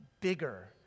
bigger